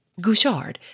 Gouchard